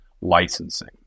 licensing